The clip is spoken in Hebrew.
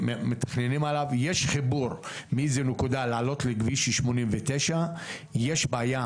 יש חיבור מאיזו נקודה לעלות לכביש 89. יש בעיה